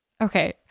Okay